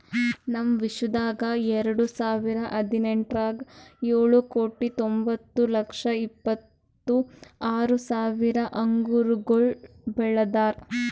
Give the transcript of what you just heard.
ನಮ್ ವಿಶ್ವದಾಗ್ ಎರಡು ಸಾವಿರ ಹದಿನೆಂಟರಾಗ್ ಏಳು ಕೋಟಿ ತೊಂಬತ್ತು ಲಕ್ಷ ಇಪ್ಪತ್ತು ಆರು ಸಾವಿರ ಅಂಗುರಗೊಳ್ ಬೆಳದಾರ್